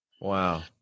Wow